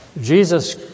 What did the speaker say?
Jesus